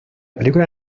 película